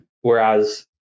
Whereas